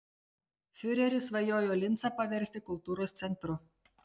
fiureris svajojo lincą paversti kultūros centru